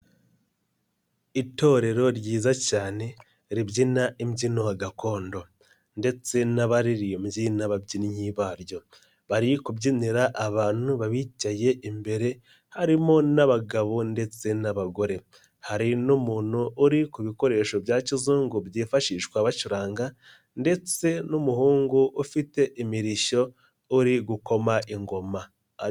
Itorero ryiza cyane ribyina imbyino gakondo ndetse n'abaririmbyi n'ababyinnyi baryo, bari kubyinira abantu babicaye imbere harimo n'abagabo ndetse n'abagore, hari n'umuntu uri ku bikoresho bya kizungu byifashishwa bacuranga ndetse n'umuhungu ufite imirishyo uri gukoma ingoma.